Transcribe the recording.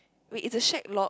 wait is the shack locked